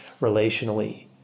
relationally